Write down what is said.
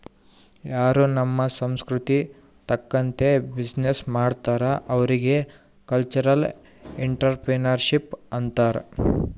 ಯಾರೂ ನಮ್ ಸಂಸ್ಕೃತಿ ತಕಂತ್ತೆ ಬಿಸಿನ್ನೆಸ್ ಮಾಡ್ತಾರ್ ಅವ್ರಿಗ ಕಲ್ಚರಲ್ ಇಂಟ್ರಪ್ರಿನರ್ಶಿಪ್ ಅಂತಾರ್